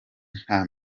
nta